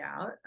out